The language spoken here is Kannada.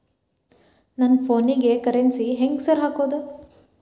ನನ್ ಫೋನಿಗೆ ಕರೆನ್ಸಿ ಹೆಂಗ್ ಸಾರ್ ಹಾಕೋದ್?